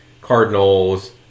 cardinals